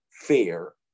fear